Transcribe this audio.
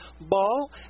Ball